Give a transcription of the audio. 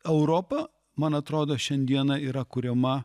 europa man atrodo šiandieną yra kuriama